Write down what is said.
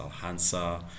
Alhansa